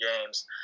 games